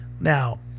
Now